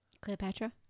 Cleopatra